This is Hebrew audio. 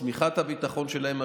שמיכת הביטחון שלהם,